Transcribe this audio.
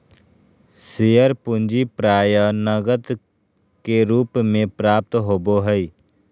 share पूंजी प्राय नकद के रूप में प्राप्त होबो हइ